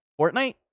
Fortnite